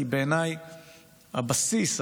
כי בעיניי הבסיס,